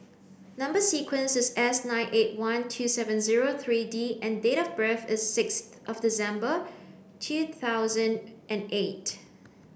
number sequence is Snine eight one two seven zero three D and date of birth is six of December two thousand and eight